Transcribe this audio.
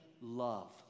love